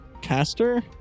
Caster